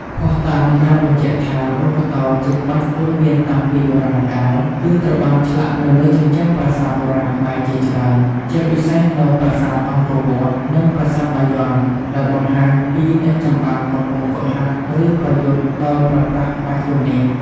ភស្តុតាងដែលបញ្ជាក់ថា ល្បុក្កតោ ជាក្បាច់គុនមានតាំងពីបុរាណកាល គឺត្រូវបានឆ្លាក់នៅលើជញ្ជាំងប្រាសាទបុរាណខ្មែរជាច្រើន ជាពិសេសនៅ ប្រាសាទអង្គរវត្ត និងប្រាសាទបាយ័ន ដែលបង្ហាញពីអ្នកចម្បាំងកំពុងហ្វឹកហាត់ ឬប្រយុទ្ធដោយប្រើប្រាស់ក្បាច់គុននេះ។